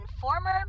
former